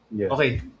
Okay